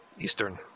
Eastern